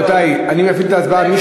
רבותי, אני מפעיל את ההצבעה.